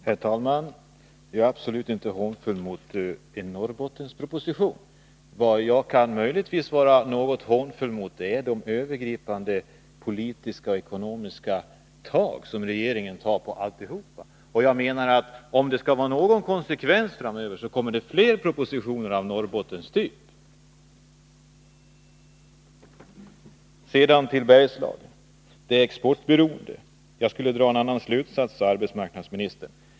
Herr talman! Jag är absolut inte hånfull mot en Norrbottensproposition. Vad jag möjligtvis kan vara något hånfull mot är regeringens övergripande politiska och ekonomiska tag över alltihop. Om det finns någon konsekevens i detta kommer det flera propositioner framöver av Norrbottenstyp. Beträffande Bergslagens exportberoende skulle jag dra en annan slutsats, sade arbetsmarknadsministern.